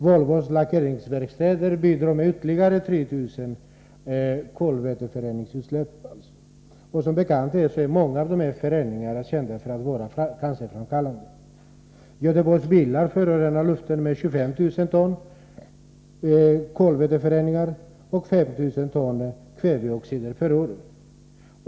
Volvos lackeringsverkstäder bidrar med ytterligare 3 000 ton kolväteföreningsutsläpp. Som bekant är många av dessa föreningar kända för att vara cancerframkallande. Göteborgs bilar förorenar luften med 25 000 ton kolväteföreningar och 15 000 ton kväveoxider per år.